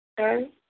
Okay